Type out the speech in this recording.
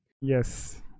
Yes